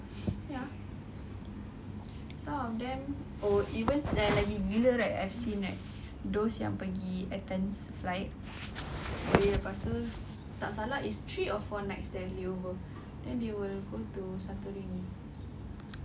!wah! then they will go to saturday night you can